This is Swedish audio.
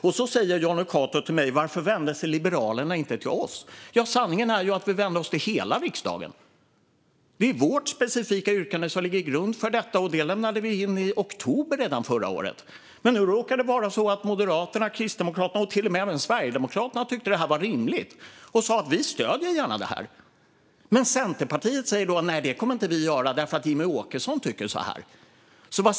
Och så säger Jonny Cato till mig: Varför vände sig Liberalerna inte till oss? Sanningen är ju att vi vände oss till hela riksdagen. Det är vårt specifika yttrande som ligger till grund för detta, och det lämnade vi in redan i oktober förra året. Men nu råkar det vara så att Moderaterna, Kristdemokraterna och till och med Sverigedemokraterna tyckte att detta var rimligt, och de sa att de gärna stöder detta. Men Centerpartiet säger: Nej, det kommer inte vi att göra, för Jimmie Åkesson tycker så här.